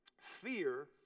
fear